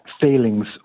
failings